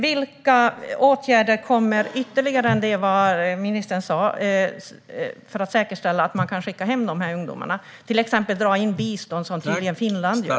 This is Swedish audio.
Vilka åtgärder, utöver de ministern nämnde, kommer att vidtas för att säkerställa att man kan skicka hem dessa ungdomar, till exempel dra in bistånd som tydligen Finland gör?